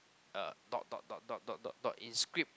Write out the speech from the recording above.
uh dot dot dot dot dot dot dot in script